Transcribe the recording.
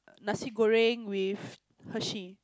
nasi-goreng with Hershey